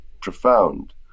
profound